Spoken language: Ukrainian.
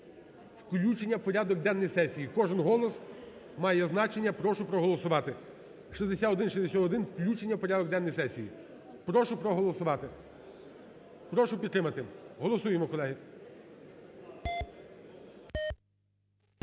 включення в порядок денний сесії. Кожен голос має значення, прошу проголосувати. 6161 – включення в порядок денний сесії. Прошу проголосувати. Прошу підтримати. Голосуємо, колеги.